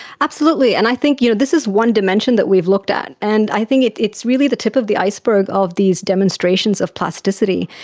absolutely, and i think you know this is one dimension that we've looked at, and i think it's it's really the tip of the iceberg of these demonstrations of plasticity,